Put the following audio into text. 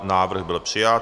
Návrh byl přijat.